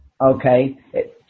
Okay